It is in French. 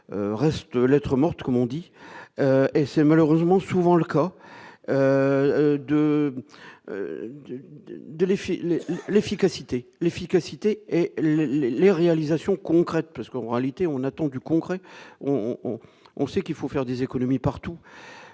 reste lettre morte, comme on dit, et c'est malheureusement souvent le cas de de les filer l'efficacité, l'efficacité et les réalisations concrètes parce que Moralité, on attend du concret on, on, on sait qu'il faut faire des économies partout